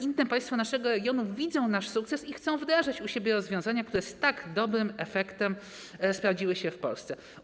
Inne państwa naszego regionu widzą nasz sukces i chcą wdrażać u siebie rozwiązania, które z tak dobrym efektem sprawdziły się w Polsce.